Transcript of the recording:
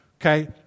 Okay